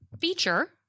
feature